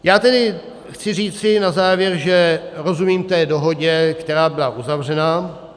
Já tedy chci říci na závěr, že rozumím té dohodě, která byla uzavřena.